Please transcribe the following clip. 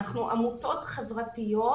אנחנו עמותות חברתיות,